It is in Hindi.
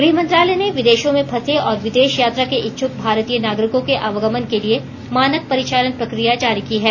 गृहमंत्रालय ने विदेशों में फंसे और विदेश यात्रा के इच्छुक भारतीय नागरिकों के आवागमन के लिए मानक परिचालन प्रक्रिया जारी की है